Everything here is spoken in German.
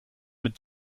mit